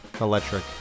electric